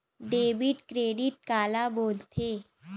Debit credit काला बोल थे?